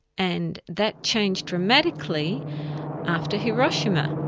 and that changed dramatically after hiroshima.